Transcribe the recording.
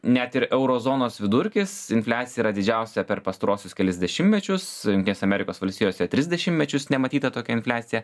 net ir euro zonos vidurkis infliacija yra didžiausia per pastaruosius kelis dešimtmečius jungtinėse amerikos valstijose tris dešimtmečius nematyta tokia infliacija